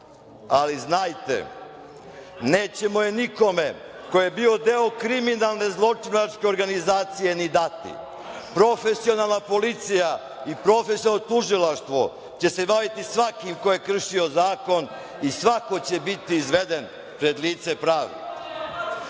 ali znajte nećemo je nikome ko je bio deo kriminalne zločinačke organizacije ni dati. Profesionalna policija i profesionalno tužilaštvo će se baviti svakim ko je kršio zakon i svako će biti izveden pred lice pravde.26/3